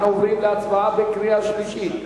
אנחנו עוברים להצבעה בקריאה שלישית,